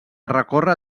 recorre